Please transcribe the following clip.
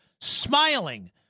smiling